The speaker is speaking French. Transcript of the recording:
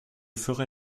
ferai